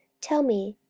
tell me,